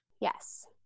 Yes